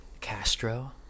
Castro